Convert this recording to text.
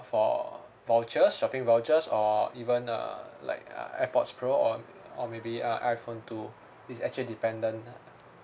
for vouchers shopping vouchers or even uh like uh airpods pro or or maybe uh iphone too it's actually dependent ah